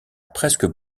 presque